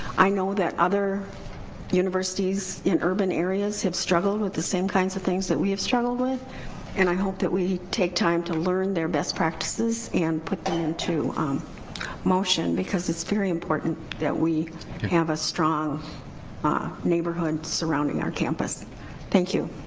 i know that other universities in urban areas have struggled with the same kinds of things that we have struggled with and i hope that we take time to learn their best practices and put into into motion because it's very important that we have a strong ah neighborhood surrounding our campus thank you